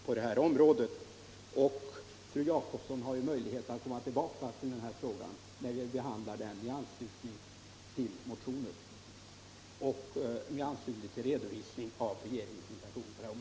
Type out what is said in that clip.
Till fru Jacobsson vill jag säga att det finns möjlighet att återkomma i samband med behandlingen av motioner i denna fråga och i anslutning till redovisning av regeringens intentioner på området.